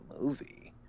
movie